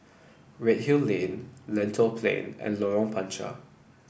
Redhill Lane Lentor Plain and Lorong Panchar